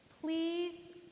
Please